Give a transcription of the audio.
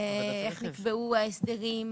איך נקבעו ההסדרים,